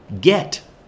get